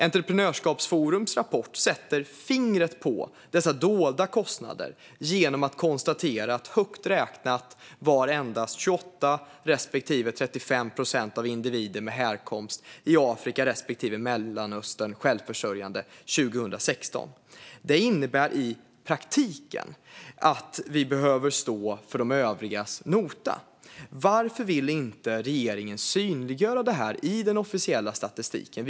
Entreprenörskapsforums rapport sätter fingret på dessa dolda kostnader genom att konstatera att endast 28 respektive 35 procent, högt räknat, av individer med härkomst i Afrika respektive Mellanöstern var självförsörjande 2016. Det innebär i praktiken att vi behöver stå för de övrigas nota. Varför vill inte regeringen synliggöra detta i den officiella statistiken?